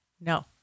No